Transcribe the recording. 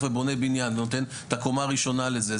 ובונה בניין ונותן את הקומה ראשונה לזה,